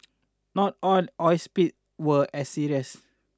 not all oil speak were as serious